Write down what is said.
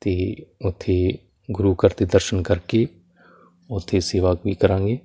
ਅਤੇ ਉੱਥੇ ਗੁਰੂ ਘਰ ਦੇ ਦਰਸ਼ਨ ਕਰਕੇ ਉੱਥੇ ਸੇਵਾ ਵੀ ਕਰਾਂਗੇ